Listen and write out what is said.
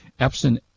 Epson